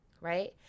right